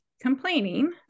complaining